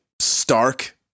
stark